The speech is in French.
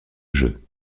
jeux